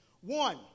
One